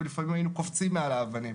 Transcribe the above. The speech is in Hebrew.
ולפעמים היינו קופצים מעל האבנים.